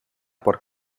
por